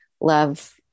love